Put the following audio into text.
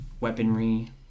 Weaponry